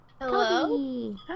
Hello